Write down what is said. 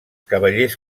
cavallers